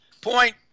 point